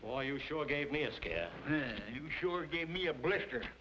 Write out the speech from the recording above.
well you sure gave me a scare you sure gave me a blister